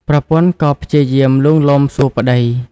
ប្រពន្ធក៏ព្យាយាមលួងលោមសួរប្ដី។